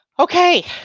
Okay